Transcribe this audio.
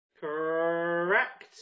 Correct